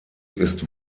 ist